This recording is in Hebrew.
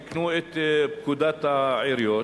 תיקנו את פקודת העיריות